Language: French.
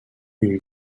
une